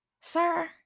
Sir